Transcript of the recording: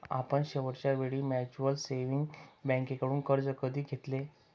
आपण शेवटच्या वेळी म्युच्युअल सेव्हिंग्ज बँकेकडून कर्ज कधी घेतले?